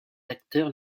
acteurs